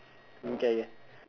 okay K